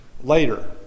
later